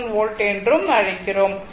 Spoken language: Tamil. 67 வோல்ட் என்றும் அழைக்கிறோம்